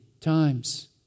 times